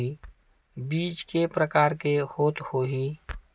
बीज के प्रकार के होत होही?